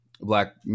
Black